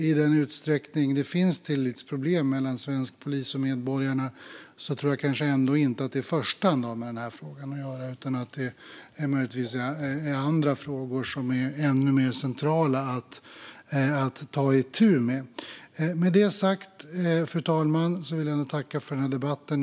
I den utsträckning det finns tillitsproblem mellan svensk polis och medborgarna tror jag kanske inte att det i första hand har med den här frågan att göra utan att det möjligtvis är andra frågor som är mer centrala att ta itu med. Med detta sagt, fru talman, vill jag tacka för den här debatten.